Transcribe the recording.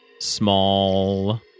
Small